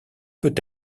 peut